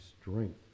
strength